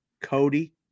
Cody